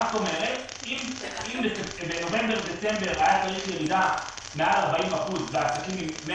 כלומר אם בנובמבר-דצמבר היה צריך ירידה מעל 40% לעסקים 100